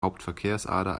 hauptverkehrsader